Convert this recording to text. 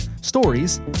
stories